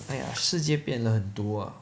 !aiya! 世界变了很多 ah